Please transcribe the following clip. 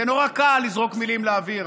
זה נורא קל לזרוק מילים באוויר.